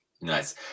Nice